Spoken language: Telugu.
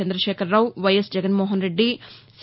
Chandrashekar Rao YS Jaganmohan Reddy C